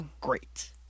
great